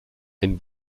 ein